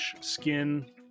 skin